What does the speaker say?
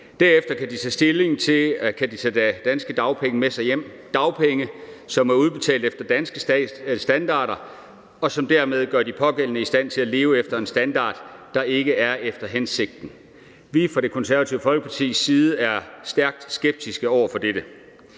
Derefter kan de tage danske dagpenge med sig hjem – dagpenge, som er udbetalt efter danske standarder, og som dermed gør de pågældende i stand til at leve efter en standard, der ikke er efter hensigten. Vi er fra Det Konservative Folkepartis side stærkt skeptiske over for dette.